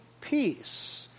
peace